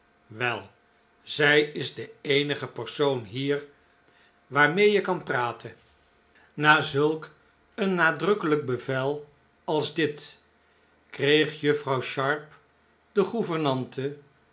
wei zij is de eenige persoon hier waarmee je kan praten na zulk een nadrukkelijk bevel als dit kreeg juffrouw sharp de